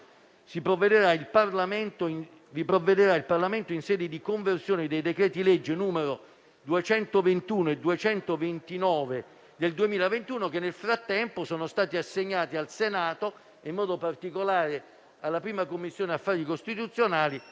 vi provvederà il Parlamento in sede di conversione dei decreti-legge n. 221 e n. 229 del 2021, che nel frattempo sono stati assegnati al Senato, in modo particolare alla 1a Commissione affari costituzionali,